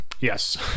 Yes